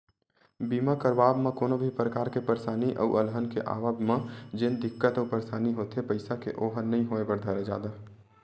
बीमा करवाब म कोनो भी परकार के परसानी अउ अलहन के आवब म जेन दिक्कत अउ परसानी होथे पइसा के ओहा नइ होय बर धरय जादा